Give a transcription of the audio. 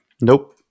Nope